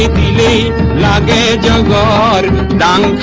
da da da da da da da da